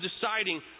deciding